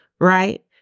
right